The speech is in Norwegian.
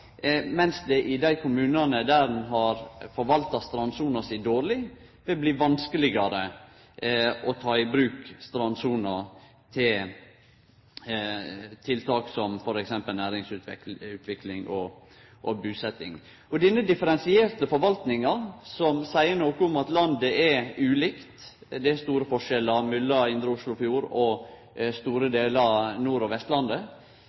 mens det i dei kommunane der ein har forvalta strandsona si dårleg, vil bli vanskelegare å ta i bruk strandsona til tiltak som t.d. næringsutvikling og busetjing. Denne differensierte forvaltninga, som seier noko om at landet er ulikt, at det er store forskjellar mellom indre Oslofjord og store delar av Nord- og Vestlandet,